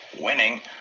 Winning